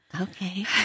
Okay